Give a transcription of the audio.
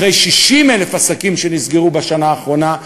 אחרי 60,000 עסקים שנסגרו בשנה האחרונה,